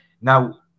Now